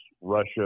Russia